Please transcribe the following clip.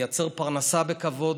לייצר פרנסה בכבוד.